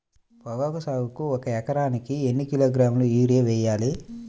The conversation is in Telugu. పొగాకు సాగుకు ఒక ఎకరానికి ఎన్ని కిలోగ్రాముల యూరియా వేయాలి?